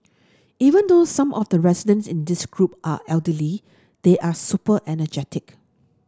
even though some of the residents in this group are elderly they are super energetic